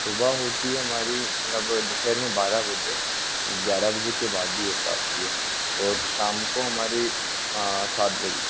सुबह होती है हमारी मतलब दोपहर में बारह बजे ग्यारह बजे के बाद भी हो पाती है और शाम को हमारी सात बजे तक